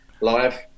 live